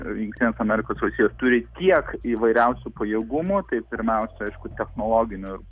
jungtinės amerikos valstijos turi tiek įvairiausių pajėgumų tai pirmiausia aišku technologinių